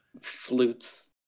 flutes